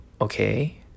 Okay